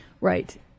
Right